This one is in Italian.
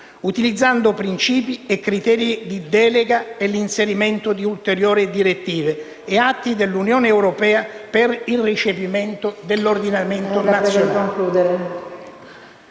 utilizzando principi e criteri di delega e l'inserimento di ulteriori direttive e atti dell'Unione europea per il recepimento nell'ordinamento nazionale.